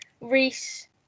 Reese